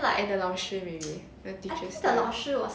and the 老师 you mean the teachers there